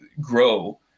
grow